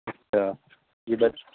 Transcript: اچھا جی بس